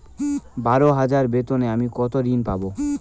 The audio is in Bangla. বারো হাজার বেতনে আমি কত ঋন পাব?